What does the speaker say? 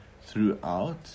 throughout